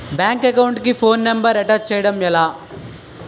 Bank account కి phone number attach చేయడం ఎలా?